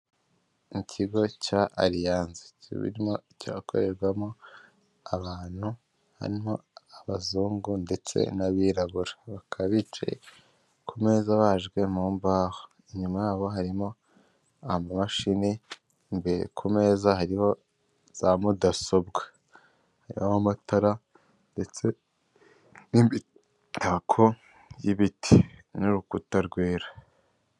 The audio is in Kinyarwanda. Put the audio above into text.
Ikigo cya ariyanse kirimo cyakorerwamo abantu harimowo abazungu ndetse n'abirabura bakaba bicaye ku ameza abajwe mu imbaho inyuma yabo harimo amamashini imbere ku meza hari za mudasobwa hari amatara ndetse n'imitako y'ibiti n'urukuta rwera.